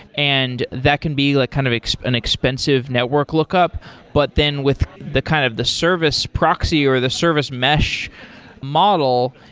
and that can be like kind of an expensive network lookup but then with the kind of the service proxy, or the service mesh model,